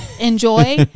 enjoy